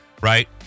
right